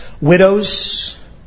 Widows